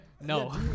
No